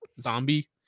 zombie